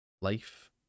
Life